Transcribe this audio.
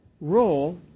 role